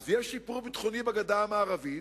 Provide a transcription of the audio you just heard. יש שיפור ביטחוני בגדה המערבית.